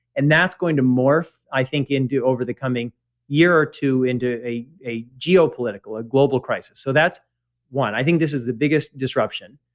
and that's going to morph, i think, into over the coming year or two into a a geopolitical, a global crisis. so that's one. i think this is the biggest disruption.